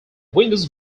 windows